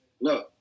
no